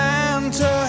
Santa